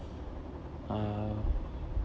uh